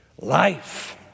Life